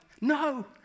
No